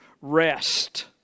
rest